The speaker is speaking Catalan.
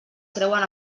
creuen